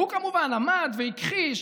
והוא כמובן עמד והכחיש,